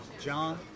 John